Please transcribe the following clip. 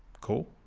cool